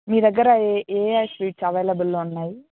మీ దగ్గర ఏ ఏ స్వీట్స్ అవైలబుల్లో ఉన్నాయి